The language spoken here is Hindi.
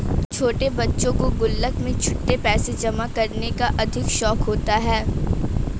छोटे बच्चों को गुल्लक में छुट्टे पैसे जमा करने का अधिक शौक होता है